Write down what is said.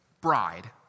bride